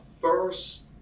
first